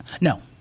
No